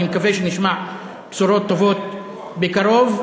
אני מקווה שנשמע בשורות טובות בקרוב.